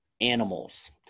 animals